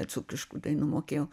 dzūkiškų dainų mokėjau